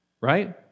Right